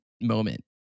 moment